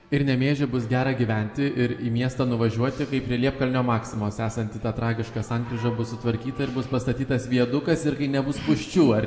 ir nemėžy bus gera gyventi ir į miestą nuvažiuoti kai prie liepkalnio maksimos esanti ta tragiška sankryža bus sutvarkyta ir bus pastatytas viadukas ir kai nebus spūsčių ar